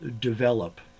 develop